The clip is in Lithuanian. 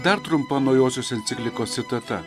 dar trumpa naujosios enciklikos citata